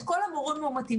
את כל המורים המאומתים.